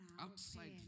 Outside